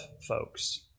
folks